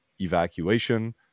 evacuation